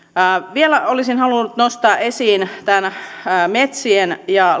vielä olisin halunnut nostaa esiin metsien ja